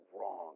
wrong